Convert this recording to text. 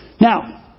Now